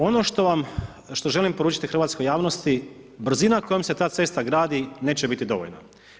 Ono što vam, što želim poručiti hrvatskoj javnosti, brzina kojom se ta cesta gradi neće biti dovoljna.